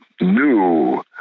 new